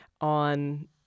on